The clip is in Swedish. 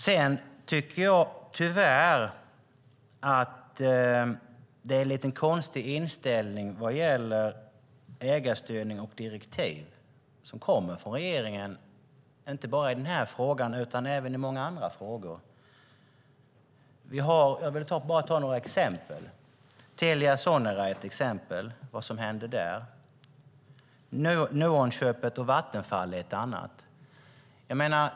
Regeringen redovisar en konstig inställning, inte bara i den här frågan utan också i många andra, när det gäller ägarstyrning och direktiv. Jag ska ge några exempel. Telia Sonera och vad som hände där är ett exempel; Nuonköpet och Vattenfall är ett annat.